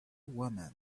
women